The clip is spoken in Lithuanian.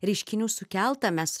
reiškinių sukelta mes